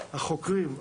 החוקרים,